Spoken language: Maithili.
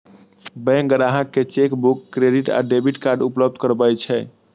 बैंक ग्राहक कें चेकबुक, क्रेडिट आ डेबिट कार्ड उपलब्ध करबै छै